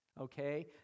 okay